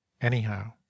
anyhow